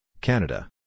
Canada